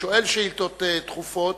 שואל שאילתות דחופות,